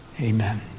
Amen